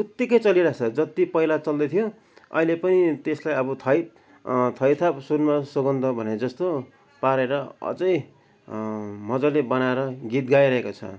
उत्तिकै चलिरहेको छ जत्ति पहिला चल्दैथ्यो अहिले पनि त्यसलाई अब थै थै थाप सुनमा सुगन्ध भनेको जस्तो पारेर अझै मज्जाले बनाएर गीत गाइरहेको छ